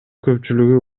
көпчүлүгү